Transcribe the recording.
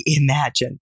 imagine